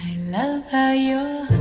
know you